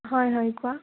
হয় হয় কোৱা